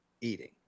eating